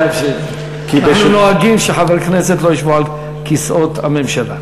אנחנו נוהגים שחברי כנסת לא ישבו על כיסאות הממשלה.